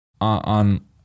on